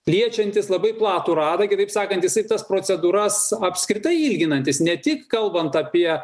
liečiantis labai platų ratą kitaip sakant jisai tas procedūras apskritai ilginantis ne tik kalbant apie